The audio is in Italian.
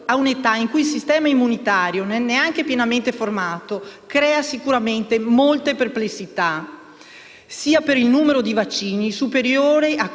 a un'età in cui il sistema immunitario non è neanche pienamente formato, crea sicuramente molte perplessità, sia per il numero dei vaccini (superiore a